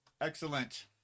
Excellent